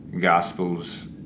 Gospels